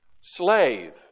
slave